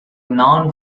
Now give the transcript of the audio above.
non